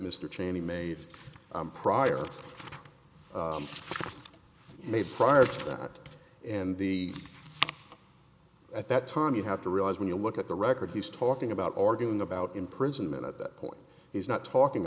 mr cheney made prior made prior to that and the at that time you have to realize when you look at the records he's talking about arguing about imprisonment at that point he's not talking